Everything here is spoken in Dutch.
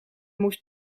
moest